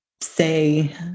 say